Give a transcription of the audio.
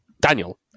Daniel